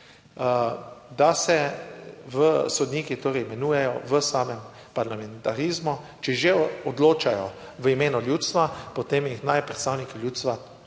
da se v sodnikih torej imenujejo v samem parlamentarizmu. Če že odločajo v imenu ljudstva, potem jih naj predstavniki ljudstva